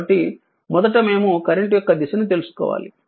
కాబట్టి మొదట మేము కరెంట్ యొక్క దిశను తెలుసుకోవాలి